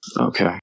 Okay